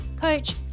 Coach